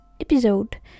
episode